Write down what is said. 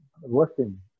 working